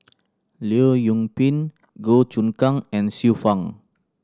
Leong Yoon Pin Goh Choon Kang and Xiu Fang